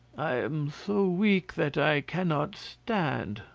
i am so weak that i cannot stand,